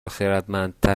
خردمندتر